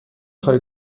خواهی